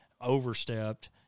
overstepped